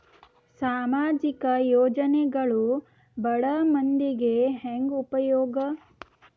ಸಾಮಾಜಿಕ ಯೋಜನೆಗಳು ಬಡ ಮಂದಿಗೆ ಹೆಂಗ್ ಉಪಯೋಗ?